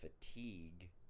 fatigue